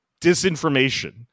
disinformation